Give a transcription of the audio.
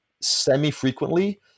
semi-frequently